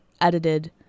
edited